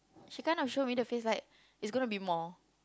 she kind of show me the face like it's gonna be more